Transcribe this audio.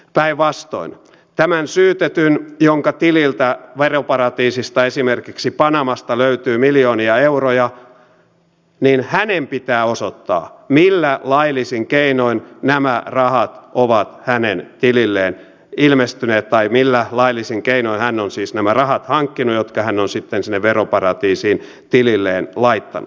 päinvastoin tämän syytetyn jonka tililtä veroparatiisista esimerkiksi panamasta löytyy miljoonia euroja pitää osoittaa millä laillisin keinoin nämä rahat ovat hänen tililleen ilmestyneet tai millä laillisin keinoin hän on siis nämä rahat hankkinut jotka hän on sitten sinne veroparatiisiin tililleen laittanut